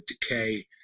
decay